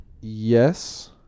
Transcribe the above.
Yes